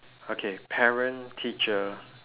okay parent teacher